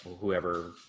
whoever